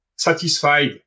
satisfied